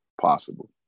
possible